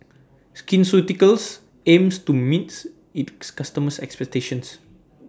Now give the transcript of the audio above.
Skin Ceuticals aims to meets IT customers' expectations